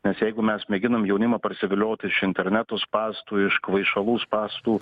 nes jeigu mes mėginome jaunimą parsiviliot iš internato spąstų iš kvaišalų spąstų